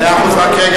סעיף 14,